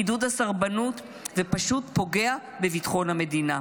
עידוד הסרבנות ופשוט פוגע בביטחון המדינה.